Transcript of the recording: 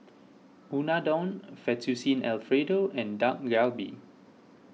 Unadon Fettuccine Alfredo and Dak Galbi